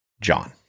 John